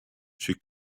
she